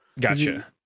Gotcha